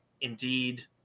indeed